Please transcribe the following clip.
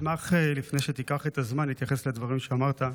הזמן, להתייחס לדברים שאמרת.